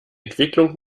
entwicklung